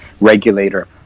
regulator